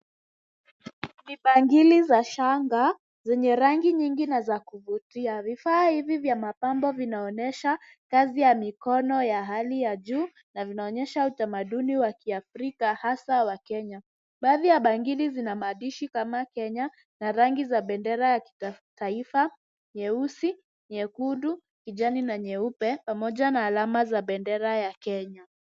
Vibangili vya shanga zenye rangi nyingi na za kuvutia. Vifaa hivi vya mapambo vinaonyesha kazi ya mikono ya hali ya juu na vinaonyesha utamaduni wa kiafrika hasa wa Kenya. Baadhi ya bangili zina maandishi kama Kenya na rangi za bendera ya kitaifa nyeusi, nyekundu, kijani na nyeupe, pamoja na alama za bendera ya Kenya.